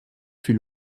fut